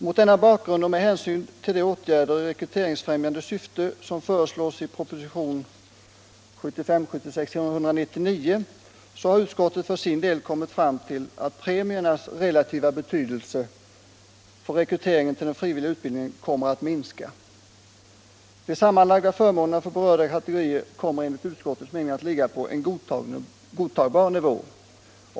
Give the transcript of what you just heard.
Mot denna bakgrund och med hänsyn till de åtgärder i rekryteringsfrämjande syfte som föreslås i propositionen 1975/76:199 har utskottet för sin del kommit fram till att premiernas relativa betydelse för rekryteringen till den frivilliga utbildningen kommer att minska. De sammanlagda förmånerna för berörda kategorier kommer enligt utskottets mening att ligga på en godtagbar nivå.